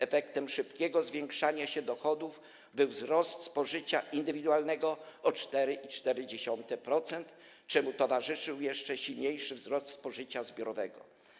Efektem szybkiego zwiększania się dochodów był wzrost spożycia indywidualnego o 4,4%, czemu towarzyszył jeszcze silniejszy wzrost spożycia zbiorowego.